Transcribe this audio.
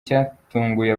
cyatunguye